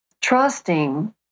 trusting